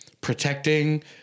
protecting